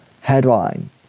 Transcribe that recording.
Headline